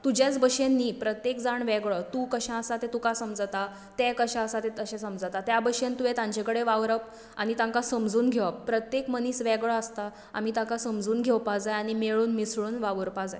तुजेच बशेन न्ही प्रत्येक जाण वेगळो तूं कशें आसा तें तुका समजता ते कशें आसा ते तशें समजता त्या बशेन तुवेंन तेंचे कडेन वावरप आनी तांकां समजून घेवप प्रत्येक मनीस वेगळो आसता आमी ताका समजून घेवपाक जाय आनी मेळून मिसळून वावूरपा जाय